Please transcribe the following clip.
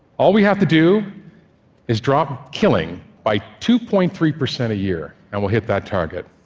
all we have to do is drop killing by two point three percent a year, and we'll hit that target.